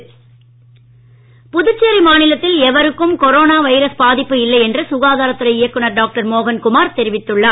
மோகன்குமார் புதுச்சேரி மாநிலத்தில் எவருக்கும் corona virus பாதிப்பு இல்லை என்று சுகாதாரத் துறை இயக்குனர் டாக்டர் மோகன்குமார் தெரிவித்துள்ளார்